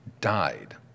died